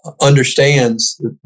Understands